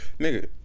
Nigga